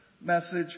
message